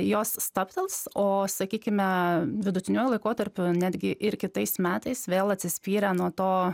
jos stabtels o sakykime vidutiniuoju laikotarpiu netgi ir kitais metais vėl atsispyrę nuo to